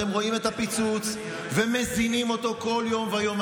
אתם רואים את הפיצוץ ומזינים אותו כל יום ויום.